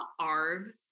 Arb